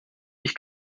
ich